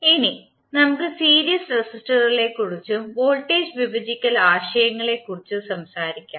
ഇനി നമുക്ക് സീരീസ് റെസിസ്റ്ററുകളെക്കുറിച്ചും വോൾട്ടേജ് വിഭജിക്കൽ ആശയങ്ങളെക്കുറിച്ചും സംസാരിക്കാം